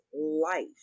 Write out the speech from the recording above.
life